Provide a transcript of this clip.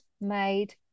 made